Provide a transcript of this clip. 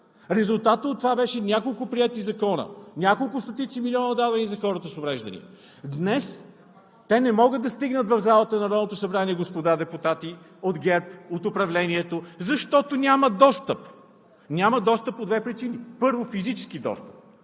Резултатът от това беше няколко приети закона, няколко стотици милиона дадени за хората с увреждания. Днес те не могат да стигнат в залата на Народното събрание, господа депутати от ГЕРБ, от управлението, защото нямат достъп! Нямат достъп по две причини: първо, физически достъп.